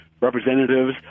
representatives